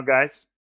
guys